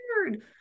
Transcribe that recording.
weird